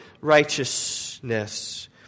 righteousness